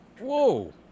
Whoa